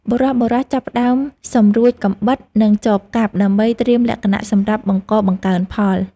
បុរសៗចាប់ផ្តើមសម្រួចកាំបិត និងចបកាប់ ដើម្បីត្រៀមលក្ខណៈសម្រាប់បង្កបង្កើនផល។